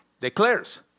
Declares